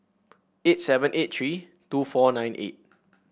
eight seven eight three two four nine eight